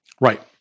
Right